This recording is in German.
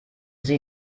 sie